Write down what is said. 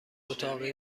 اتاقی